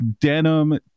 denim